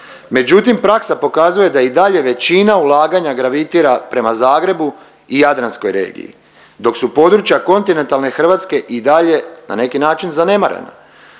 međutim praksa pokazuje da i dalje većina ulaganja gravitira prema Zagrebu i jadranskoj regiji, dok su područja kontinentalne Hrvatske i dalje na neki način zanemarena.